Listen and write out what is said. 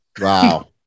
Wow